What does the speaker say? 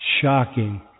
shocking